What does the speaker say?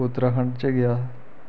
उत्तराखंड च गे अस